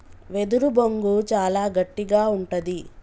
వెదురు బొంగు చాలా గట్టిగా ఉంటది